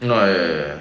ah ya ya ya